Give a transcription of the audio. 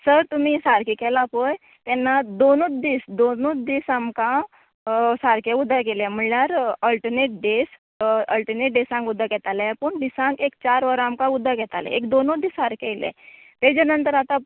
sir तुमी सारकें केलां पळय तेन्ना दोनूच दीस दोनूच दीस आमकां सारकें उदक येयलें म्हण्ल्यार ऑल्टरनेट डेज ऑल्टरनेट डेजांक उदक येतालें पूण दिसांक एक चार वरां आमकां उदक येतालें एक दोनूच दीस सारकें येयलें तेजे नंतर आतां